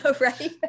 right